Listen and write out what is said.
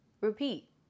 repeat